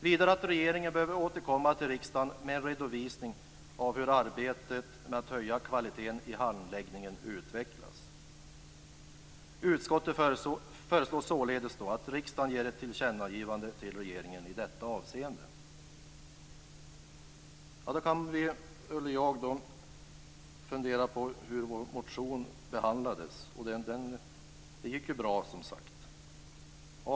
Vidare bör regeringen återkomma till riksdagen med en redovisning av hur arbetet med att höja kvaliteten i handläggningen utvecklas. Utskottet föreslår således att riksdagen ger ett tillkännagivande till regeringen i detta avseende. Då kan jag fundera på hur vår motion behandlades, och det gick ju som sagt bra.